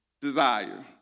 desire